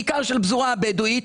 בעיקר של הפזורה הבדואית.